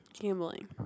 Gambling